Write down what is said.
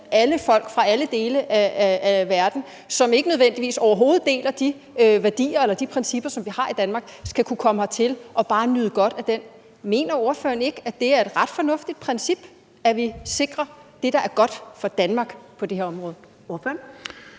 at alle folk fra alle dele af verden, som ikke nødvendigvis overhovedet deler de værdier eller principper, som vi har i Danmark, skal kunne komme hertil og bare nyde godt af det. Mener ordføreren ikke, at det er et ret fornuftigt princip, at vi sikrer det, der er godt for Danmark, på det her område?